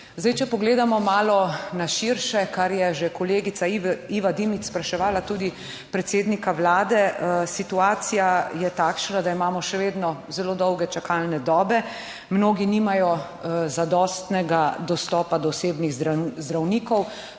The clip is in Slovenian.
Če pogledamo malo na širše, kar je že kolegica Iva Dimic spraševala tudi predsednika Vlade, je situacija takšna, da imamo še vedno zelo dolge čakalne dobe. Mnogi nimajo zadostnega dostopa do osebnih zdravnikov,